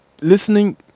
listening